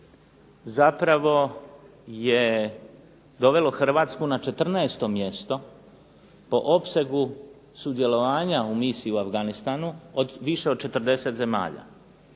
zapravo je dovelo Hrvatsku na 14. mjesto po opsegu sudjelovanja u misiji u Afganistanu više od 40 zemalja.